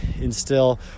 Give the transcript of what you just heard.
instill